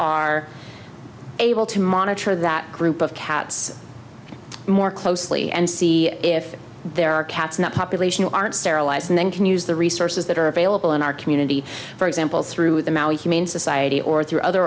are able to monitor that group of cats more closely and see if there are cats in that population who aren't sterilized and then can use the resources that are available in our community for example threw them out humane society or through other